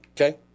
Okay